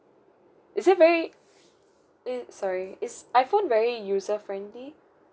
is it very it sorry is iphone very user friendly